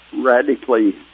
radically